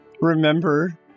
Remember